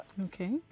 Okay